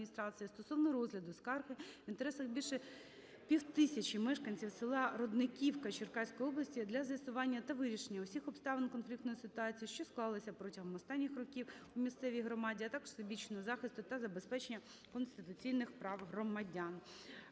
стосовно розгляду скарги в інтересах більше півтисячі мешканців села Родниківка Черкаської області, для з'ясування та вирішення усіх обставин конфліктної ситуації, що склалася протягом останніх років у місцевій громаді, а також всебічного захисту та забезпечення конституційних прав громадян.